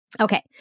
Okay